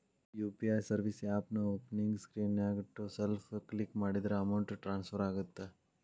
UPI service ಆಪ್ನ್ಯಾಓಪನಿಂಗ್ ಸ್ಕ್ರೇನ್ನ್ಯಾಗ to self click ಮಾಡಿದ್ರ ಅಮೌಂಟ್ ಟ್ರಾನ್ಸ್ಫರ್ ಆಗತ್ತ